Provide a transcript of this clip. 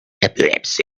epilepsy